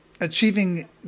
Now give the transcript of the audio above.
Achieving